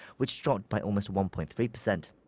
which dropped by almost one point three percent.